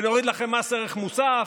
ונוריד לכם מס ערך מוסף,